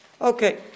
Okay